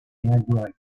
indirects